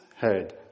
heard